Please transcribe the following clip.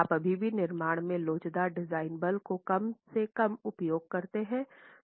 आप अभी भी निर्माण में लोचदार डिज़ाइन बल को कम से कम उपयोग करते हैं